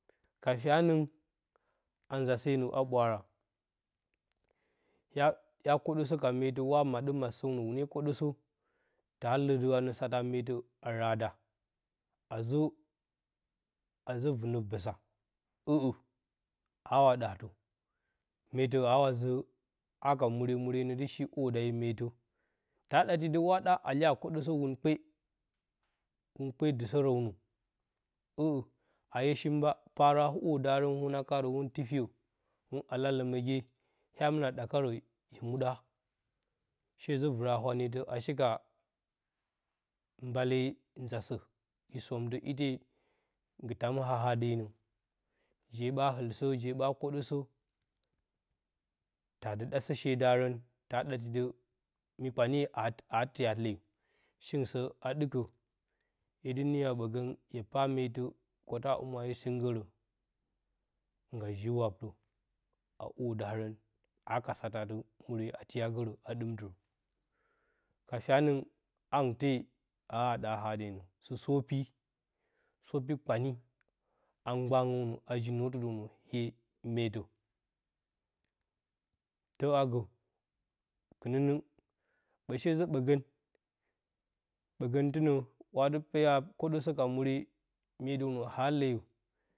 Ka fyanəng anza an a ɓwaara, hya hya kwoɗəsəke ka meetə hwa midə matsəw ni hwune kwoɗəsə ta lədə anə satə ati matə a rada azə azə vɨnə bəsa, ə'ə awa daa sə. Meetə awa zə hara muure, muure nə dɨ shi hwoda yo meetə, ta ɗati də hwa ɗa a tiya kwoɗəsə hwun kpe huun kpe dɨsərəwnə ə'ə a hye shi mba paarə a hwodarən wuna kaarə hwun tifiyo, hwun alaləməgye, hya mɨna a dakarə hye muɗa shezə vɨra wanetə, a shika, mbale nza sə i, somtə ite nggɨ tama a haadenə, jeɓa ɨtsə je ɓa kwoɗəsə tadɨ ɗasə she darən ta ɗati də mi kpanye a tiya leego shingɨn sə a ɗɨkə hye dɨ niiyo ɓəgən, hye paa meetə kwota humwa yo sɨngngərə ngga ji waptə a hwodarən, haka satə ati muure a tiyagərə a dɨmtɨrə ka fyanəng hangɨn te a awa ɗa haa hadenə sɨ sopi sopii kpanyi, a mgba ngownə aji-nwotɨ dəwnə hye meetə tə a gə runining ɓə shezə bəgən, ɓəgəntɨnə wadɨ beeya peeyo ka muure kwoɗəsə ka muure, mye downə a leeyo.